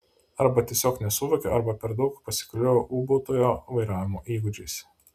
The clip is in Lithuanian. arba tiesiog nesuvokė arba per daug pasikliovė ūbautojo vairavimo įgūdžiais